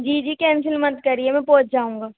جی جی کینسل مت کریے میں پہنچ جاؤں گا